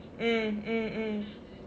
mm mm mm